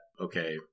Okay